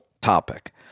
topic